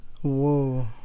Whoa